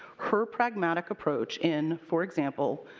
her pragmatic approach in, for example,